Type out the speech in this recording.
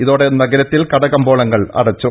ഇതോടെ നഗരത്തിൽ കടകമ്പോളങ്ങൾ അടച്ചു